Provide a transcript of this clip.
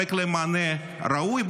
לספק להם מענה ראוי,